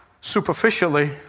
superficially